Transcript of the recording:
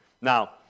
Now